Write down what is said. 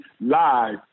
live